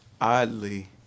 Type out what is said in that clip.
oddly